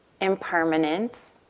impermanence